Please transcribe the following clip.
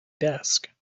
desk